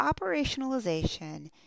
operationalization